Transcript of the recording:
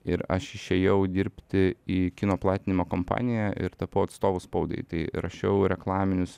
ir aš išėjau dirbti į kino platinimo kompaniją ir tapau atstovu spaudai tai rašiau reklaminius